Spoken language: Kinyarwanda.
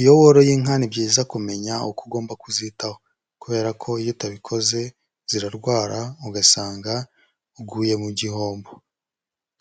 Iyo woroye inka ni byiza kumenya uko ugomba kuzitaho, kubera ko iyo utabikoze zirarwara ugasanga uguye mu gihombo,